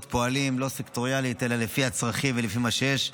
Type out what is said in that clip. פועלים לא סקטוריאלית אלא לפי הצרכים ולפי מה שיש.